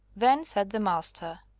then, said the master,